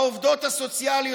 העובדות הסוציאליות,